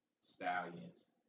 Stallions